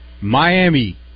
Miami